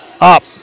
Up